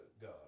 God